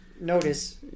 notice